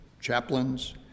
chaplains